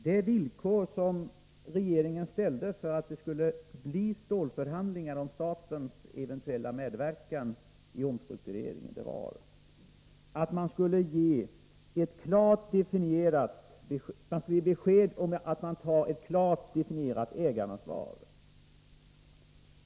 De villkor som regeringen ställde för att förhandlingar skulle komma till stånd om statens eventuella medverkan i omstruktureringen av stålindustrin var att ägarna skulle ge besked om att de tar ett klart definierat ägaransvar.